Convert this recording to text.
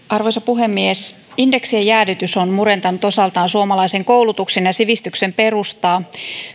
arvoisa puhemies indeksien jäädytys on murentanut osaltaan suomalaisen koulutuksen ja sivistyksen perustaa